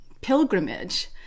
pilgrimage